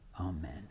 Amen